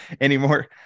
anymore